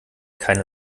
keine